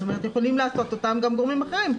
זאת אומרת יכולים לעשות אותם גם גורמים אחרים.